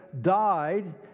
died